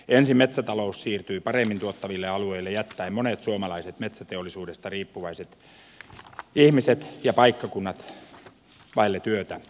ensin metsätalous siirtyi paremmin tuottaville alueille jättäen monet suomalaiset metsäteollisuudesta riippuvaiset ihmiset ja paikkakunnat vaille työtä ja työpaikkoja